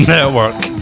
Network